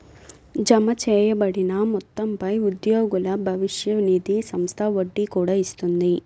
జమచేయబడిన మొత్తంపై ఉద్యోగుల భవిష్య నిధి సంస్థ వడ్డీ కూడా ఇస్తుంది